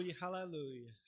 Hallelujah